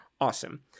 Awesome